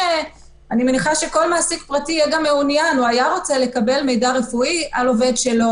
אני מניחה שגם כל מעסיק פרטי היה רוצה לקבל מידע רפואי על העובד שלו,